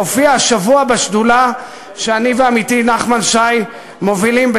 שהופיעה השבוע בשדולה שאני ועמיתי נחמן שי מובילים,